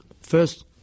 first